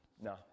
No